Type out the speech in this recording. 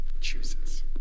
chooses